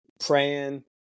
praying